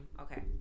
Okay